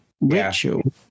ritual